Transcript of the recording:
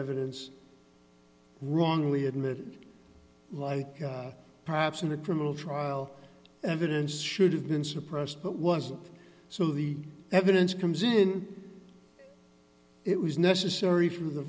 evidence wrongly admitted like perhaps in a criminal trial evidence should have been suppressed but wasn't so the evidence comes in it was necessary for the